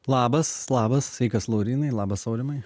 labas labas sveikas laurynai labas aurimai